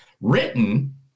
Written